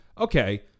Okay